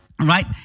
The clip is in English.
right